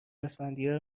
اسفندیار